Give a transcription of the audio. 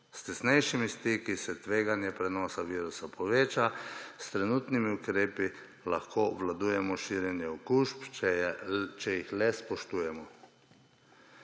S tesnejšimi stiki se tveganje prenosa virusa poveča. S trenutnimi ukrepi lahko obvladujemo širjenje okužb, če jih le spoštujemo.